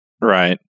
Right